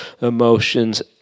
emotions